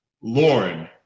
Lauren